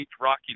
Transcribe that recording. Rocky